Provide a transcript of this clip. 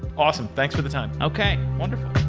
awesome. thanks for the time. okay. wonderful.